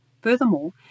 Furthermore